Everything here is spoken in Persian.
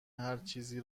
هرچیزی